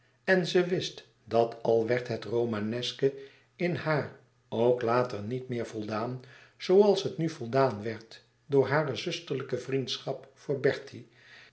en ze wist dat al werd het romaneske in haar ook later niet meer voldaan zooals het nu voldaan werd door hare zusterlijke vriendschap voor bertie zij